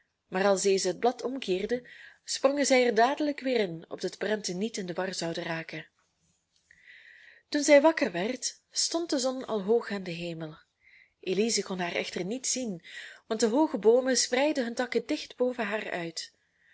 maar als dezen het blad omkeerden sprongen zij er dadelijk weer in opdat de prenten niet in de war zouden raken toen zij wakker werd stond de zon al hoog aan den hemel elize kon haar echter niet zien want de hooge boomen spreidden hun takken dicht boven haar uit